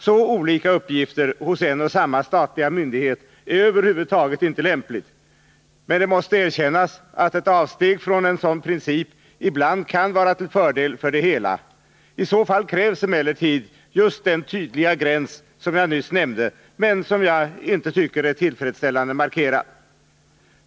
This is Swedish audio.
Så olika uppgifter hos en och samma statliga myndighet är över huvud taget inte lämpligt, även om det måste erkännas att ett avsteg från en sådan princip ibland kan vara till fördel för det hela; i så fall krävs emellertid just den tydliga gräns som jag nyss nämnde men som jag inte tycker är tillfredsställande markerad.